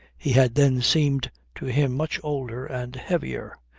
he had then seemed to him much older and heavier.